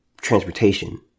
transportation